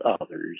others